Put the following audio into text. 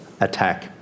attack